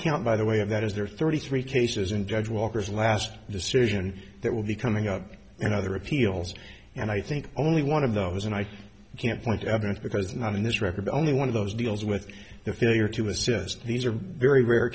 count by the way of that is there are thirty three cases in judge walker's last decision that will be coming up and other appeals and i think only one of those and i can't point to evidence because not in this record only one of those deals with the failure to assess these are very rare